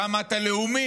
כמה אתה לאומי.